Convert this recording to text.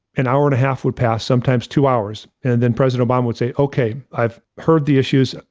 an hour and a half would pass, sometimes two hours, and then president obama would say, okay, i've heard the issues.